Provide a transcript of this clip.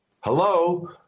Hello